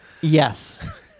Yes